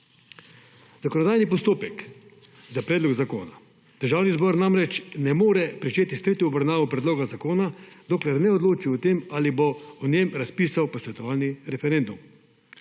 Zakonodajni postopek za predlog zakona Državni zbor namreč ne more pričeti s tretjo obravnavo predloga zakona dokler ne odloči o tem ali bo njem razpisal posvetovalni referendum.